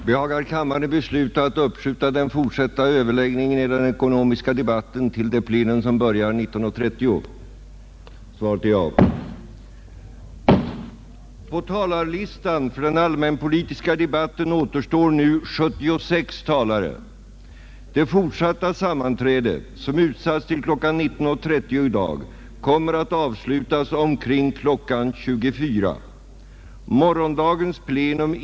Herr talman! Under tiden 26 april till 15 maj i år kommer omfattande militära repetitionsövningar att försiggå. Till dem har också ett stort antal lantbrukare inkallats. Nämnda tid är emellertid mycket olämplig för lantbrukarna, eftersom vårbruket då mäste fullgöras i större delen av landet. Att anskaffa ersättare för detta möter avsevärda både praktiska och ekonomiska hinder och är därför för flertalet lantbrukare ett orealistiskt alternativ.